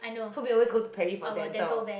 so we always go to Perry for dental